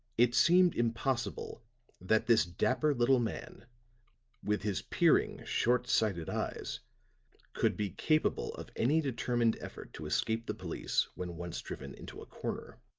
it seemed impossible that this dapper little man with his peering, short-sighted eyes could be capable of any determined effort to escape the police when once driven into a corner.